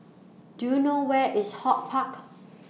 Do YOU know Where IS HortPark